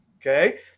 okay